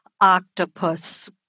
octopus